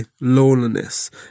loneliness